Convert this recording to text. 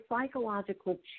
psychological